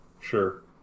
Sure